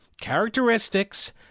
characteristics